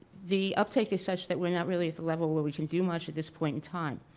the uptake is such that we are not really at the level where we can do much at this point in time.